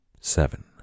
Seven